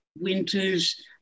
winters